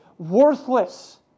Worthless